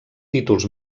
títols